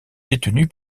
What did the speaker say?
détenu